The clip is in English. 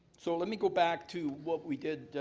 so let me go back to what we did,